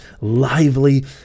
lively